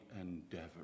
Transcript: endeavor